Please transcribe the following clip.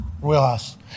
Wheelhouse